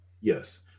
Yes